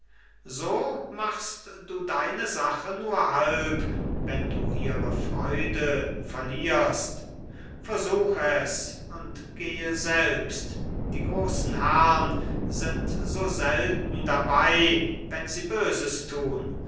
so machst du deine sache nur halb wenn du ihre freude verlierst versuch es und gehe selbst die großen herrn sind so selten dabei wenn sie böses tun